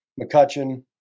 McCutcheon